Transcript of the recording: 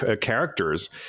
characters